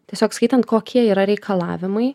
tiesiog skaitant kokie yra reikalavimai